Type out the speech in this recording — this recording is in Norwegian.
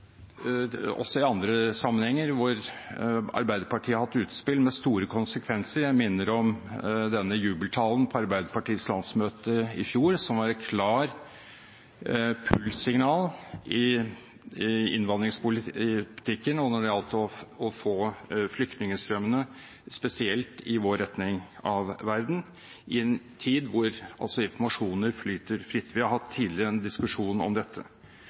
også i andre sammenhenger der Arbeiderpartiet har hatt utspill med store konsekvenser. Jeg minner om denne jubeltalen på Arbeiderpartiets landsmøte i fjor, som var et klart «pull»-signal i innvandringspolitikken når det gjaldt å få flyktningstrømmene spesielt i vår retning av verden, i en tid da informasjoner flyter fritt. Vi har tidligere hatt en diskusjon om dette.